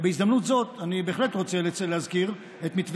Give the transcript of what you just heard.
בהזדמנות הזאת אני בהחלט רוצה להזכיר את מתווה